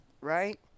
right